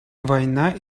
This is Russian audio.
война